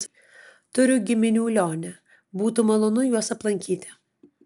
turiu giminių lione būtų malonu juos aplankyti